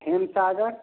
Himsagar